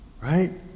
right